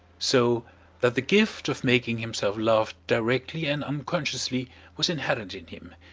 so that the gift of making himself loved directly and unconsciously was inherent in him,